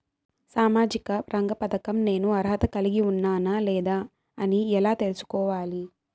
సామాజిక రంగ పథకం నేను అర్హత కలిగి ఉన్నానా లేదా అని ఎలా తెల్సుకోవాలి?